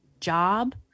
job